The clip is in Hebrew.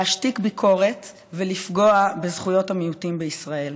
להשתיק ביקורת ולפגוע בזכויות המיעוטים בישראל.